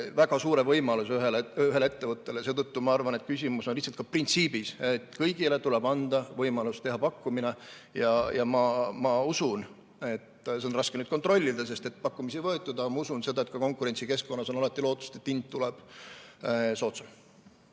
väga suure võimaluse ühele ettevõttele. Seetõttu ma arvan, et küsimus on lihtsalt ka printsiibis, et kõigile tuleb anda võimalus teha pakkumine. Ja ma usun – seda on nüüd raske kontrollida, sest pakkumisi ei võetud –, aga ma usun, et konkurentsikeskkonnas on alati lootust, et hind tuleb soodsam.